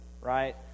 right